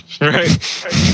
Right